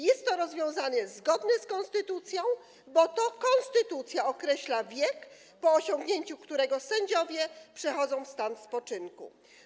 Jest to rozwiązanie zgodne z konstytucją, bo to konstytucja określa wiek, po którego osiągnięciu sędziowie przechodzą w stan spoczynku.